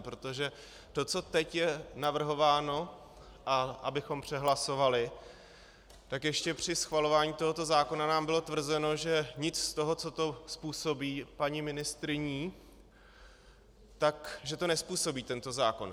Protože to, co je teď navrhováno, abychom přehlasovali, tak ještě při schvalování tohoto zákona nám bylo tvrzeno, že nic z toho, co to způsobí, paní ministryní, že to nezpůsobí tento zákon.